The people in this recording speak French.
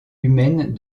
humaine